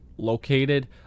located